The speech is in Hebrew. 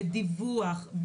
בדיווח.